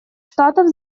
штатов